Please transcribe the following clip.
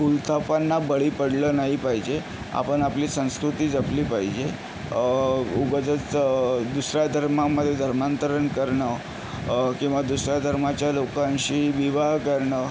भूलथापांना बळी पडलं नाही पाहिजे आपण आपली संस्कृती जपली पाहिजे उगाचंच दुसऱ्या धर्मामध्ये धर्मांतरण करणं किंवा दुसऱ्या धर्माच्या लोकांशी विवाह करणं